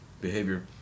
behavior